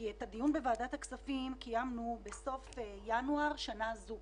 כי את הדיון בוועדת הכספים קיימנו בסוף ינואר שנה זו.